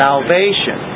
Salvation